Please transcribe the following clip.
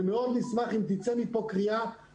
ולכן אנחנו מאוד נשמח אם תצא מפה קריאה